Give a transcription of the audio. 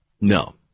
No